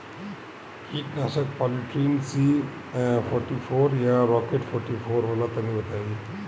कीटनाशक Polytrin C forty four या Rocket forty four होला तनि बताई?